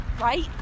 right